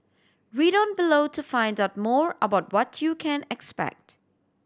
read on below to find out more about what you can expect